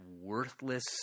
worthless